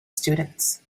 students